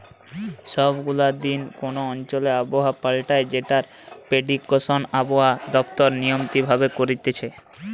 সব গুলা দিন কোন অঞ্চলে আবহাওয়া পাল্টায় যেটার প্রেডিকশন আবহাওয়া দপ্তর নিয়মিত ভাবে করতিছে